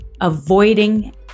avoiding